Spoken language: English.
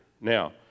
Now